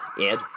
Ed